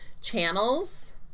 channels